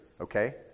okay